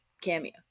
cameo